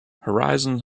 horizon